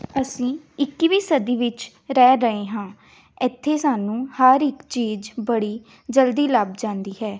ਅਸੀਂ ਇੱਕਵੀਂ ਸਦੀ ਵਿੱਚ ਰਹਿ ਰਹੇ ਹਾਂ ਇੱਥੇ ਸਾਨੂੰ ਹਰ ਇੱਕ ਚੀਜ਼ ਬੜੀ ਜਲਦੀ ਲੱਭ ਜਾਂਦੀ ਹੈ